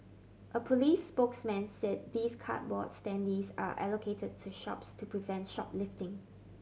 a police spokesman said these cardboard standees are allocated to shops to prevent shoplifting